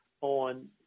on